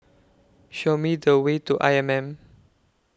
Show Me The Way to I M M